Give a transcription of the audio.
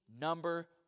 number